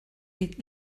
est